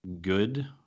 good